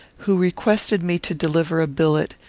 who requested me to deliver a billet,